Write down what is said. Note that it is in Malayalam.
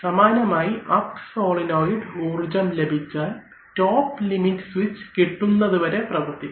സമാനമായി അപ്പ് സോളിനോയ്ഡ് ഊർജ്ജം ലഭിച്ചാൽ ടോപ് ലിമിറ്റ് സ്വിച്ച് കിട്ടുന്നതുവരെ പ്രവർത്തിക്കും